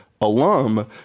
alum